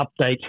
update